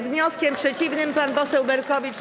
Z wnioskiem przeciwnym pan poseł Berkowicz.